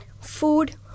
food